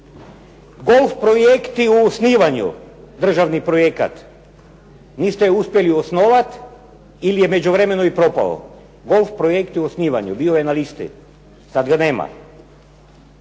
Golf projekt u osnivanju, državni projekat. Niste ju uspjeli osnovat ili je u međuvremenu i propao? Golf projekt u osnivanju bio je na listi, sad ga nema.